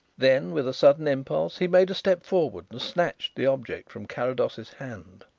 then, with a sudden impulse, he made a step forward and snatched the object from carrados's hand.